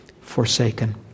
forsaken